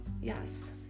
Yes